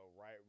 right